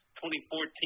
2014